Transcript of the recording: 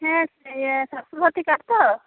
ᱦᱮᱸ ᱤᱭᱟᱹ ᱥᱟᱥᱛᱷᱚ ᱥᱟᱛᱷᱤ ᱠᱟᱨᱰ ᱛᱳ